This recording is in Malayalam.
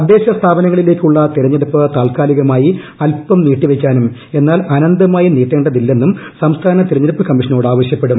തദ്ദേശ സ്ഥാപനങ്ങളിലേക്കുള്ള തെരഞ്ഞെടുപ്പ് താൽക്കാലികമായി അൽപ്പം നീട്ടിവയ്ക്കാനും എന്നാൽ അനന്തമായി നീട്ടേണ്ടതില്ലെന്നും സംസ്ഥാന തെരഞ്ഞെടുപ്പ് കമ്മീഷനോട് ആവശ്യപ്പെടും